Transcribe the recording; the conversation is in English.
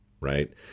right